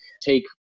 take